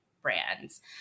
brands